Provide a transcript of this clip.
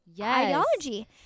ideology